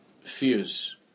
fears